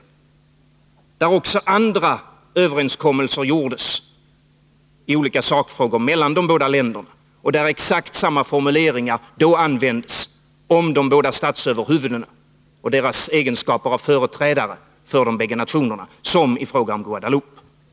I dokumentet gjordes också andra överenskommelser i olika sakfrågor mellan de båda länderna, där exakt samma formuleringar som i fråga om Guadeloupe användes om de båda statsöverhuvudena i deras egenskaper av företrädare för de bägge nationerna.